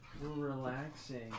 relaxing